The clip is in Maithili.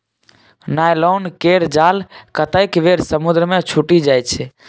नायलॉन केर जाल कतेक बेर समुद्रे मे छुटि जाइ छै